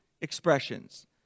expressions